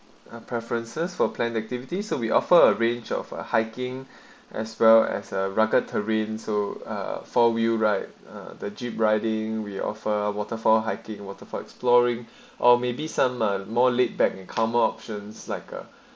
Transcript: our preferences for planned activities we offer a range of a hiking as well as a rugged terrain so uh four wheel right uh the jeep riding we offer waterfall hiking waterfall exploring or maybe some are more laid back and calmer options like a